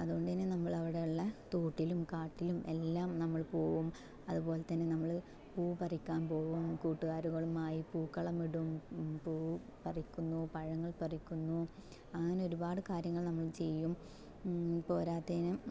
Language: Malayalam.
അതുകൊണ്ടുതന്നെ നമ്മളവിടെയുള്ള തോട്ടിലും കാട്ടിലും എല്ലാം നമ്മൾ പോകും അതുപോലെ തന്നെ നമ്മള് പൂ പറിക്കാൻ പോകും കൂട്ടുകാരുകളുമായി പൂക്കളം ഇടും പൂ പറിക്കുന്നു പഴങ്ങൾ പറിക്കുന്നു അങ്ങനെ ഒരുപാട് കാര്യങ്ങൾ നമ്മൾ ചെയ്യും പോരാത്തേന്